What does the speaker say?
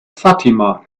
fatima